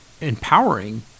empowering